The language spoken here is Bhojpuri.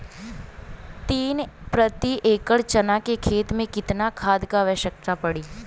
तीन प्रति एकड़ चना के खेत मे कितना खाद क आवश्यकता पड़ी?